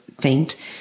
faint